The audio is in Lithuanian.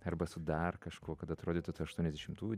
arba su dar kažkuo kad atrodytų ta aštuoniasdešimtųjų